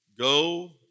Go